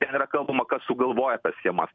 ten yra kalbama kas sugalvojo tas schemas